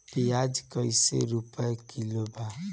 प्याज कइसे रुपया किलो बा?